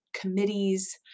committees